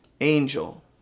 angel